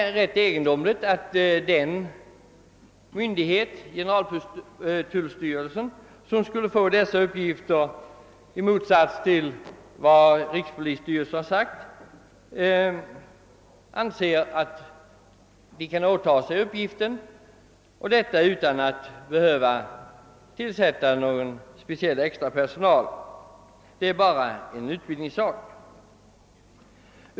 Det är ganska egendomligt att den myndighet, generaltullstyrelsen, som skulle få dessa uppgifter, i motsats till rikspolisstyrelsen anser att den kan åta sig uppgifterna, detta utan att behöva tillsätta någon extra personal. Det är bara en utbildningssak.